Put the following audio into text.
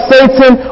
Satan